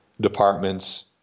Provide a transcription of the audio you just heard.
departments